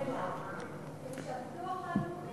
ולמה?